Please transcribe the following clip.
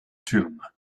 tomb